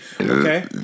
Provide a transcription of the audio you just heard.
Okay